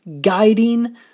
guiding